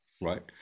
right